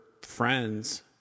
friends